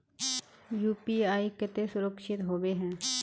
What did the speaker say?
UPI केते सुरक्षित होबे है?